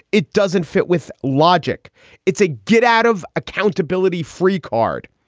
it doesn't fit with logic it's a get out of accountability free card,